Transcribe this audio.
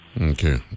Okay